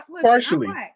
Partially